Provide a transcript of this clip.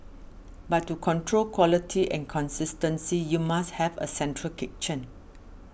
but to control quality and consistency you must have a central kitchen